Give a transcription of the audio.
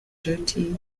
dirty